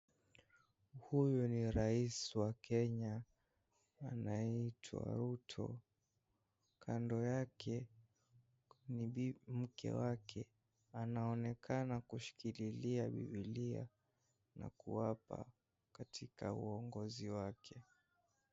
Huyu ni rais wa Kenya anaitwa Ruto, kando yake ni mke wake anaonekana kushikililia bibilia na kuapa katika uongozi wake.